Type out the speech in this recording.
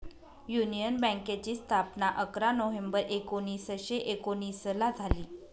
union बँकेची स्थापना अकरा नोव्हेंबर एकोणीसशे एकोनिसला झाली